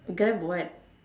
Grab what